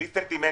ללא סנטימנטים,